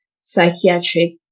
psychiatric